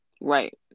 Right